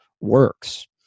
works